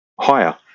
higher